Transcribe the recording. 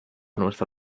nuestro